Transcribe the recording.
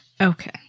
Okay